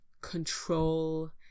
control